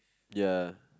ya